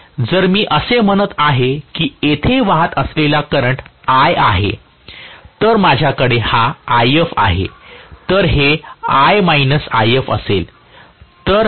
तर जर मी असे म्हणत आहे की येथे वाहत असलेला करंट I आहे तर माझ्याकडे हा If आहे तर हे I If असेल